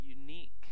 unique